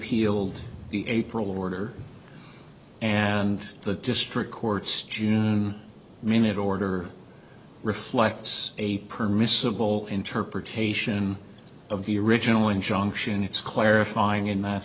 aled the april order and the district court's june minute order reflects a permissible interpretation of the original injunction it's clarifying in that